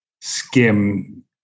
skim